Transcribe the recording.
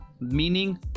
meaning